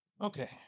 Okay